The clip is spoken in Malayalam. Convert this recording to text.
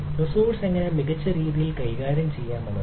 റിസോഴ്സ് എങ്ങനെ മികച്ച രീതിയിൽ കൈകാര്യം ചെയ്യാം എന്നത്